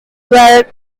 were